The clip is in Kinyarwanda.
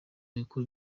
bikuru